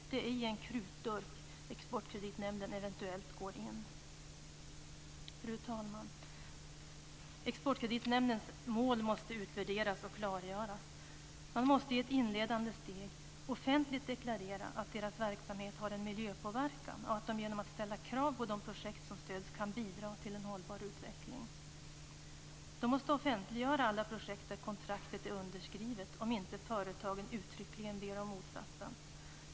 Det är i en krutdurk som Exportkreditnämnden eventuellt går in. Fru talman! Exportkreditnämndens mål måste utvärderas och klargöras. Man måste i ett inledande steg offentligt deklarera att dess verksamhet har en miljöpåverkan och att man genom att ställa krav på de projekt som stöds kan bidra till en hållbar utveckling. Man måste offentliggöra alla projekt där kontrakt är underskrivet om inte företagen uttryckligen ber om motsatsen.